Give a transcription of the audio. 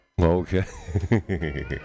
okay